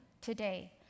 today